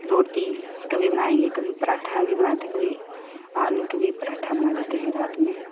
रोटी कभी बनाएंगे पराँठा भी बनाते हैं कभी आलू के भी पराँठा बना देते हैं रात में